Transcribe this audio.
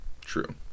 True